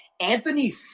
Anthony